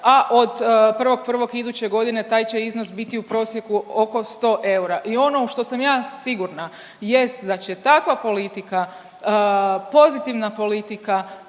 a od 1.1. iduće godine taj će iznos biti u prosjeku oko 100 eura. I ono u što sam ja sigurna jeste da će takva politika, pozitivna politika